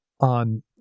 on